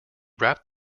wrapped